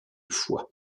foie